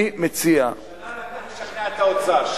אני מציע, שנה לקח לשכנע את האוצר.